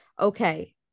okay